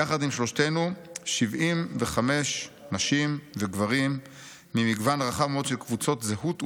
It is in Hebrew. יחד עם שלושתנו 75 נשים וגברים ממגוון רחב מאוד של קבוצות זהות ומגזרים,